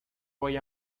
voy